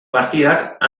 partidak